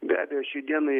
be abejo šiai dienai